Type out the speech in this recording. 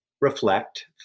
reflect